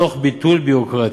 תוך ביטול ביורוקרטיה.